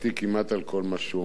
כמעט על כל מה שהוא אומר.